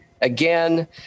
again